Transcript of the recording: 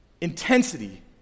intensity